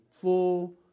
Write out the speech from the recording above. full